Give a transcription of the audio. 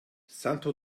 santo